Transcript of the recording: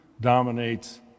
dominates